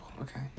okay